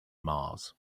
mars